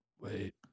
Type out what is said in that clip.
wait